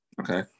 Okay